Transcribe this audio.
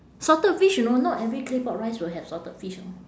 salted fish you know not every claypot rice will have salted fish know